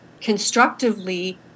constructively